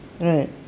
Right